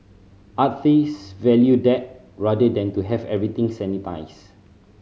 artist value that rather than to have everything sanitised